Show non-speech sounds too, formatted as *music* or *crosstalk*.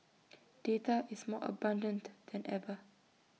*noise* data is more abundant than ever